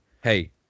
Hey